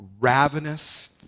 ravenous